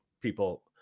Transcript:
people